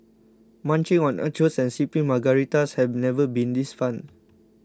munching on nachos and sipping Margaritas have never been this fun